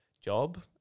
job